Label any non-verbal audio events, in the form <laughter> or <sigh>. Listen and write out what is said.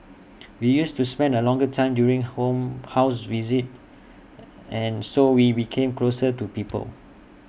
we used to spend A longer time during home house visits <noise> and so we became closer to people